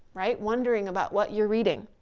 right? wondering about what you're reading.